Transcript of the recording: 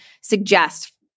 suggest